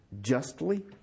justly